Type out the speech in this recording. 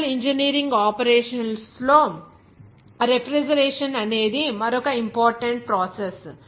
chemical engineering operations లో refrigeration అనేది మరొక ఇంపార్టెంట్ ప్రాసెస్